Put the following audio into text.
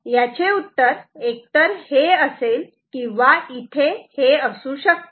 याचे उत्तर एकतर हे असेल किंवा इथे हे असू शकते